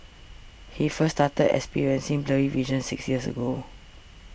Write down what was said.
he first started experiencing blurry vision six years ago